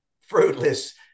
fruitless